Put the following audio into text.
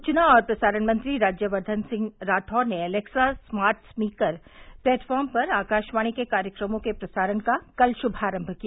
सुचना और प्रसारण मंत्री राज्यक्वन सिंह राठौड़ ने एलेक्सा स्मार्ट स्पीकर प्लेटफार्म पर आकाशवाणी के कार्यक्रमों के प्रसारण का कल शुभारम्म किया